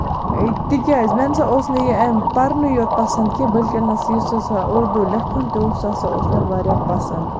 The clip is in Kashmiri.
اَے تِکیٛازِ مےٚ نہ سا اوس نہٕ یہِ اَمہِ پَرنٕے یوت پَسنٛد کیٚنٛہہ بٔلکہِ یُس ہسا اُردوٗ لیٚکھُن تہِ اوس سُہ ہسا اوس مےٚ واریاہ پَسنٛد